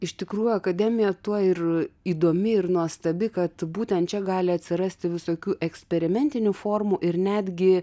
iš tikrųjų akademija tuo ir įdomi ir nuostabi kad būtent čia gali atsirasti visokių eksperimentinių formų ir netgi